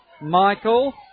michael